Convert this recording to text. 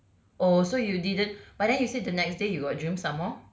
oh so you didn't but then you say the next day you got dream some more